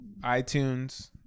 iTunes